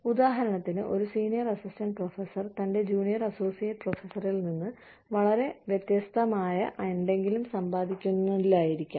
ഉദാഹരണത്തിന് ഒരു senior assistant professor തന്റെ ജൂനിയർ അസോസിയേറ്റ് പ്രൊഫസറിൽ നിന്ന് വളരെ വ്യത്യസ്തമായ എന്തെങ്കിലും സമ്പാദിക്കുന്നില്ലായിരിക്കാം